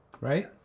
Right